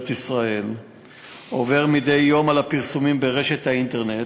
ישראל עובר מדי יום על הפרסומים באינטרנט,